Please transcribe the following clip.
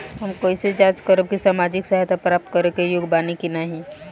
हम कइसे जांच करब कि सामाजिक सहायता प्राप्त करे के योग्य बानी की नाहीं?